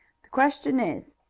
the question is,